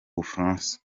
bufaransa